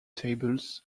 tables